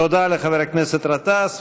תודה לחבר הכנסת גטאס.